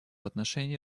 отношении